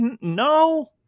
No